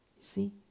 See